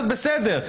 אז בסדר,